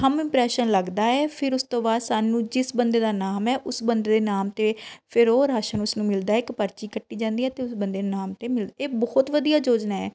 ਥੰਮ ਇੰਪ੍ਰੈਸ਼ਨ ਲੱਗਦਾ ਹੈ ਫਿਰ ਉਸ ਤੋਂ ਬਾਅਦ ਸਾਨੂੰ ਜਿਸ ਬੰਦੇ ਦਾ ਨਾਮ ਹੈ ਉਸ ਬੰਦੇ ਦੇ ਨਾਮ 'ਤੇ ਫਿਰ ਉਹ ਰਾਸ਼ਨ ਉਸਨੂੰ ਮਿਲਦਾ ਇੱਕ ਪਰਚੀ ਕੱਟੀ ਜਾਂਦੀ ਹੈ ਅਤੇ ਉਸ ਬੰਦੇ ਨੂੰ ਨਾਮ 'ਤੇ ਮਿਲਦਾ ਇਹ ਬਹੁਤ ਵਧੀਆ ਯੋਜਨਾ ਹੈ